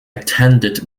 attended